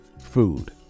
food